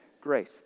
Grace